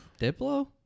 Diplo